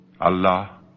Allah